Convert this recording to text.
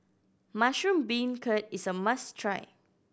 mushroom beancurd is a must try